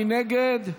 מי נגד?